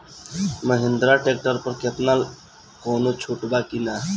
Mahindra tractor पर केतना कौनो छूट बा कि ना?